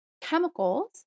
chemicals